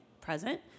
present